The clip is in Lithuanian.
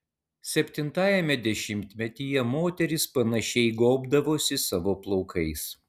septintajame dešimtmetyje moterys panašiai gobdavosi savo plaukais